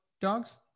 dogs